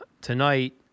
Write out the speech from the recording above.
tonight